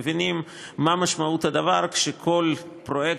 מבינים מה משמעות הדבר שכל פרויקט,